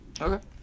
Okay